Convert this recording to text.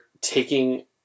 taking